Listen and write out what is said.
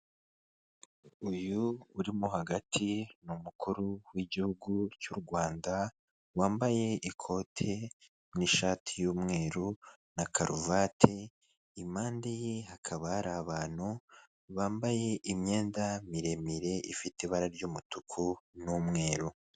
Uyu uri hagati ni umukuru w'igihugu cy'u Rwanda wambaye ikote n'ishati y'umweru na karuvati impande ye hakaba hari abantu bambaye imyenda miremire ifite ibara ry'umutuku n'umweru.